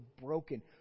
broken